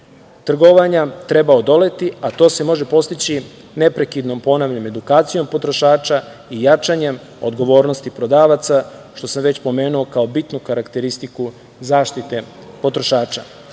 trgovanja treba odoleti, a to se može postići neprekidnom, ponavljam, edukacijom potrošača i jačanjem odgovornosti prodavaca, što sam već pomenuo kao bitnu karakteristiku zaštite potrošača.